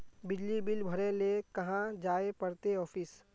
बिजली बिल भरे ले कहाँ जाय पड़ते ऑफिस?